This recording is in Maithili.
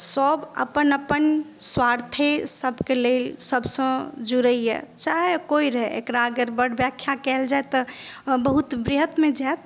सभ अपन अपन स्वार्थे सभक लेल सभसँ जुडैया चाहे कोई रहैया एकरा अगर बड व्याख्या कयल जाय तऽ बहुत वृहत्तमे जायत